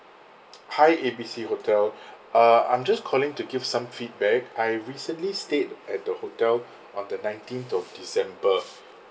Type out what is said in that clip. hi A B C hotel uh I'm just calling to give some feedback I recently stayed at the hotel on the nineteenth of december